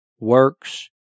works